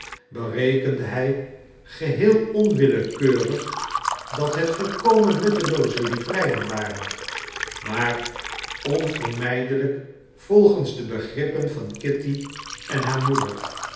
berekende hij geheel onwillekeurig dat het volkomen nuttelooze livreien waren maar onvermijdelijk volgens de begrippen van kitty en haar moeder